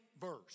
verse